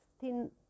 thin